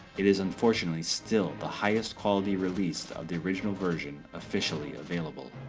it is unfortunately still the highest quality release of the original version officially available.